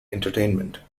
entertainment